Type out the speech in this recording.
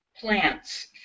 plants